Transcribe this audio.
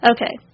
Okay